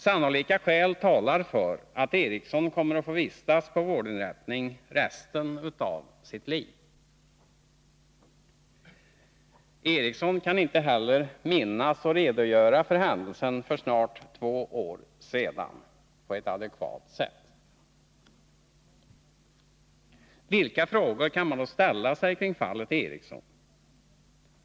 Sannolika skäl talar för att Eriksson kommer att få vistas på vårdinrättning resten av sitt liv. Eriksson kan inte heller minnas och redogöra för händelsen för snart två år sedan på ett adekvat sätt. Vilka frågor kan man då ställa beträffande fallet Eriksson?